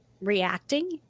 reacting